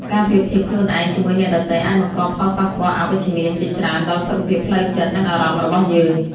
ការប្រៀបធៀបខ្លួនឯងជាមួយអ្នកដទៃអាចបង្កផលប៉ះពាល់អវិជ្ជមានជាច្រើនដល់សុខភាពផ្លូវចិត្ត និងអារម្មណ៍របស់យើង។